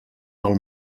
del